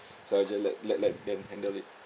so I just let let let them handle it